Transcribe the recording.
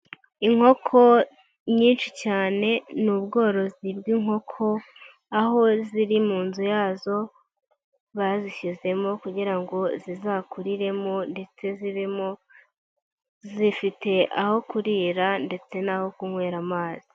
Inkoko nyinshi cyane ni ubworozi bw'inkoko, aho ziri mu nzu yazo bazishyizemo kugira ngo zizakuriremo ndetse zibemo zifite aho kurira ndetse n'aho kunywera amazi.